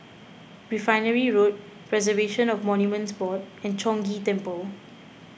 Refinery Road Preservation of Monuments Board and Chong Ghee Temple